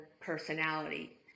personality